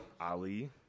Ali